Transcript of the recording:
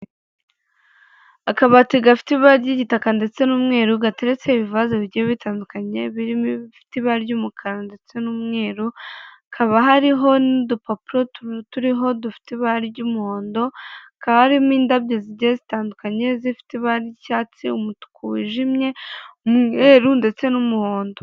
Akabati gafite ibara ry'igitaka ndetse n'umweru gateretsemo ibivaza bigiye bitandukanye birimo ibifite ibara ry'umukara ndetse n'umweru, hakaba hariho n'udupapuro turiho dufite ibara ry'umuhondo, hakaba harimo indabyo zitandukanye zifite ibara ry'icyatsi umutuku wijimye, umweru ndetse n'umuhondo.